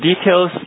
details